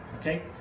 okay